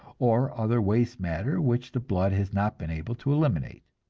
or other waste matter which the blood has not been able to eliminate.